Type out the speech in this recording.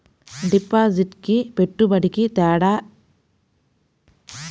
డిపాజిట్కి పెట్టుబడికి తేడా?